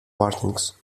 warnings